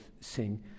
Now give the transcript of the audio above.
sing